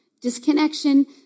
Disconnection